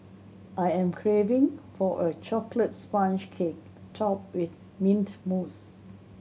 I am craving for a chocolate sponge cake topped with mint mousse